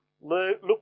Look